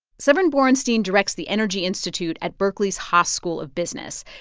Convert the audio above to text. severin borenstein directs the energy institute at berkeley's haas school of business.